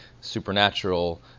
supernatural